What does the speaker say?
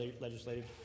legislative